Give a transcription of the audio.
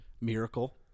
miracle